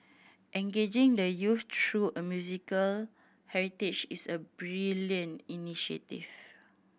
engaging the youth through a musical heritage is a brilliant initiative